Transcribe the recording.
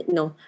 no